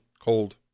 cold